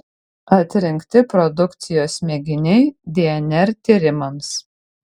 atrinkti produkcijos mėginiai dnr tyrimams